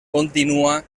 continua